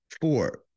Four